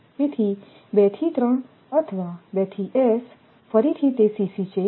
તેથી 2 થી 3 અથવા 2 થી s ફરીથી તે છે